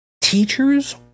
Teachers